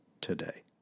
today